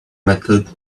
method